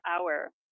hour